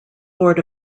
lord